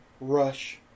rush